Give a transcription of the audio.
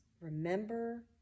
remember